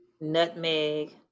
nutmeg